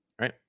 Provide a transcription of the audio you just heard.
right